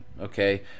okay